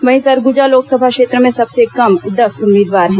वहीं सरगुजा लोकसभा क्षेत्र में सबसे कम दस उम्मीदवार हैं